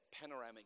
panoramic